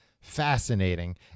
fascinating